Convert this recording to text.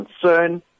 concern